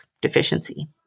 deficiency